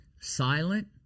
silent